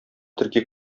төрки